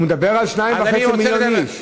הוא מדבר על 2.5 מיליון איש.